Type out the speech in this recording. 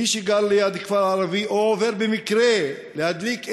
מי שגר ליד כפר ערבי או עובר במקרה, להדליק אש,